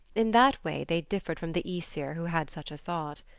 in that way they differed from the aesir who had such a thought.